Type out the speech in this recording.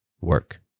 work